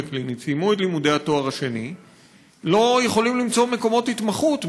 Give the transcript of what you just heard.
קלינית וסיימו את לימודי התואר השני לא יכולים למצוא מקומות התמחות,